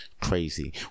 Crazy